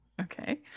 Okay